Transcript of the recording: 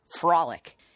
frolic